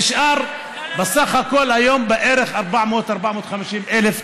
נשארו בסך הכול היום בערך 400,000 450,000,